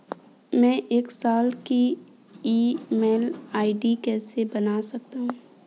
मैं एक साल की ई.एम.आई कैसे बना सकती हूँ?